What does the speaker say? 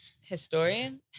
Historian